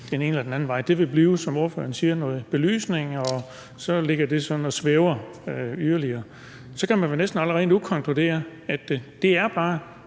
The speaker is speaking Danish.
den ene eller den anden retning. Det vil blive, som ordføreren siger, noget belysning, og så ligger det sådan og svæver yderligere. Så kan man vel næsten allerede nu konkludere, at det bare